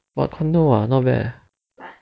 but condo [what] not bad eh